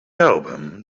album